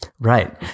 Right